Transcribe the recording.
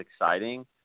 exciting